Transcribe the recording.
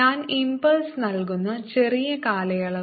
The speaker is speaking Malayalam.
ഞാൻ ഇമ്പ്പ്ളസ് നൽകുന്ന ചെറിയ കാലയളവ്